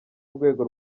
rwego